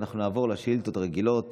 אנחנו נעבור לשאילתות רגילות